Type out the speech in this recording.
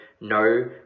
no